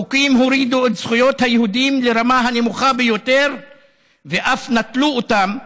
החוקים הורידו את זכויות היהודים לרמה הנמוכה ביותר ואף נטלו אותן.